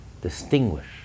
distinguish